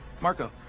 Marco